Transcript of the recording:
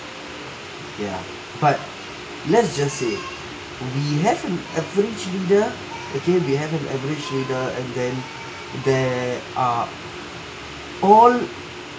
ya but let's just say we have an leader okay we have an average leader and then there are all